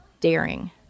daring